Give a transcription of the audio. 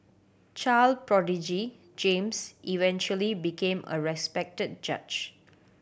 child prodigy James eventually became a respected judge